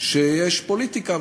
שיש פוליטיקה,